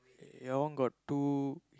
your one got two